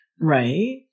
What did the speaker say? Right